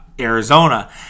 Arizona